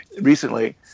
recently